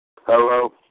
Hello